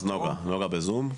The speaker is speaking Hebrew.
נגה בזום.